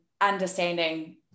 understanding